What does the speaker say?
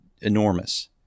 enormous